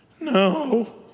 No